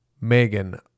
Megan